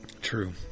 True